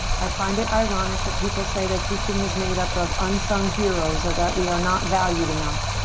i find it ironic that people say that teaching is made up of unsung heroes. of that we are not valued enough.